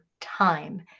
time